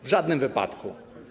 W żadnym wypadku.